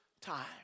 time